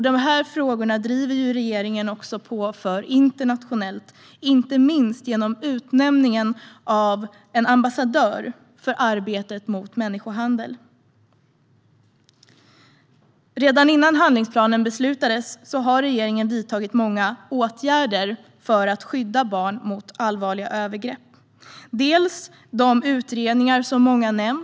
Dessa frågor driver regeringen också internationellt, inte minst genom utnämningen av en ambassadör för arbetet mot människohandel. Redan innan handlingsplanen beslutades hade regeringen vidtagit många åtgärder för att skydda barn mot allvarliga övergrepp. Det handlar om de utredningar som många har nämnt.